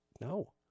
no